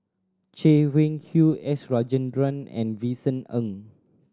Chay Weng Yew S Rajendran and Vincent Ng